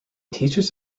teaches